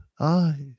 eyes